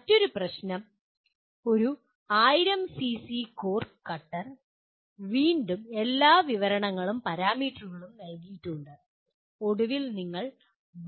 മറ്റൊരു പ്രശ്നം ഒരു 1000 സിസി കോർ കട്ടർ വീണ്ടും എല്ലാ വിവരണങ്ങളും പാരാമീറ്ററുകളും നൽകിയിട്ടുണ്ട് ഒടുവിൽ നിങ്ങൾ